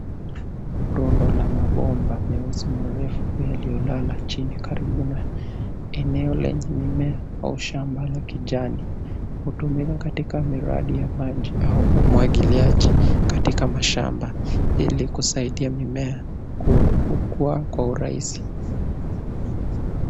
Rundo la mabomba meusi marefu yaliyolala chini karibu na eneo lenye mimea au shamba la kijani. Hutumika katika miradi ya maji au umwangiliaji katika mashamba ili kusaidia mimea kukua kwa urahisi.